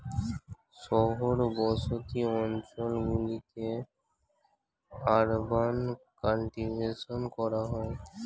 শহর বসতি অঞ্চল গুলিতে আরবান কাল্টিভেশন করা হয়